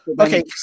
okay